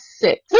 six